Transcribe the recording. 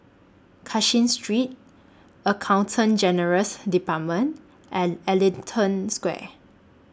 Cashin Street Accountant General's department and Ellington Square